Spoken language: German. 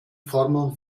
formeln